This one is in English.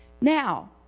Now